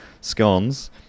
scones